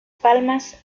palmas